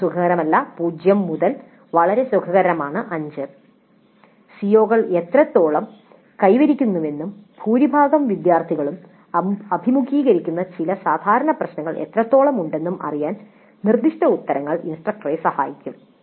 ഒട്ടും സുഖകരമല്ല 0 മുതൽ വളരെ സുഖകരമാണ് 5 സിഒകൾ എത്രത്തോളം കൈവരിക്കുന്നുവെന്നും ഭൂരിഭാഗം വിദ്യാർത്ഥികളും അഭിമുഖീകരിക്കുന്ന ചില സാധാരണ പ്രശ്നങ്ങൾ എത്രത്തോളം ഉണ്ടെന്നും അറിയാൻ നിർദ്ദിഷ്ട ഉത്തരങ്ങൾ ഇൻസ്ട്രക്ടറെ സഹായിക്കും